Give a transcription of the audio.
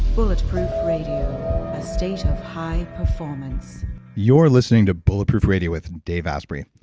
bulletproof radio. a state of high performance you're listening to bulletproof radio with dave asprey.